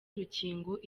urukingo